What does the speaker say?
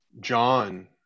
john